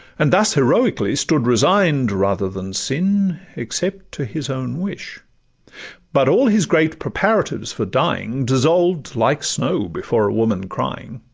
and thus heroically stood resign'd, rather than sin except to his own wish but all his great preparatives for dying dissolved like snow before a woman crying.